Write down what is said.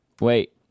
Wait